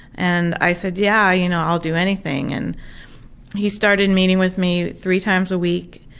and i said yeah, you know i'll do anything. and he started meeting with me three times a week,